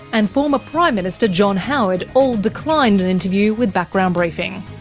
and former prime minister john howard all declined an interview with background briefing.